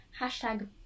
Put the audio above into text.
hashtag